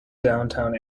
downtown